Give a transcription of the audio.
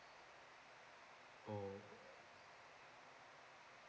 oh